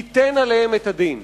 ייתן עליהן את הדין.